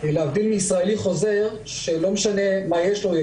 להבדיל מישראלי חוזר שלא משנה מה יש לו כי הוא